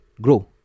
grow